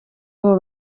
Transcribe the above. ubu